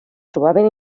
trobaven